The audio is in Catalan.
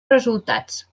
resultats